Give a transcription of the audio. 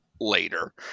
later